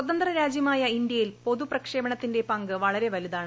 സ്വതന്ത്രാജ്യമായി ഇന്ത്യയിൽ പൊതുപ്രക്ഷേപണത്തിന്റെ പങ്ക് വളരെ വലുതാണ്